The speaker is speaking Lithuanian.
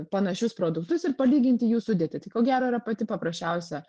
panašius produktus ir palyginti jų sudėtį tai ko gero yra pati paprasčiausia